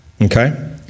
Okay